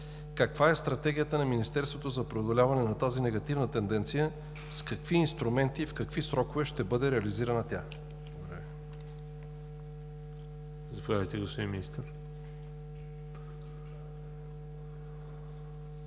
Каква е стратегията на Министерството за преодоляване на тази негативна тенденция? С какви инструменти и в какви срокове ще бъде реализирана тя? Благодаря Ви.